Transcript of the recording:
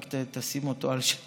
רק תשים אותו על שקט.